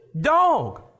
Dog